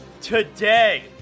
today